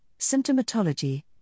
symptomatology